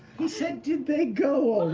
he said, did they go